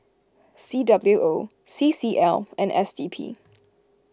C W O C C L and S D P